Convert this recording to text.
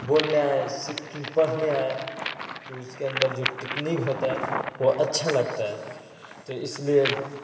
بولنے آئے پڑھنے آئے تو اس کے اندر جو ٹیکنیک ہوتا ہے وہ اچھا لگتا ہے تو اس لیے